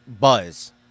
buzz